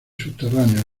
subterráneos